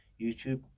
YouTube